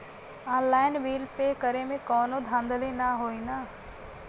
Online bill pay करे में कौनो धांधली ना होई ना?